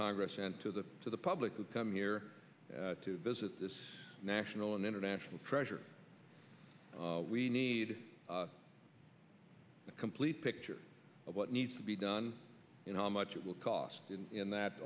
congress and to the to the public will come here to visit this national and international treasure we need a complete picture of what needs to be done and how much it will cost in that